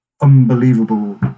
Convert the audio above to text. unbelievable